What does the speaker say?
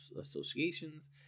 Associations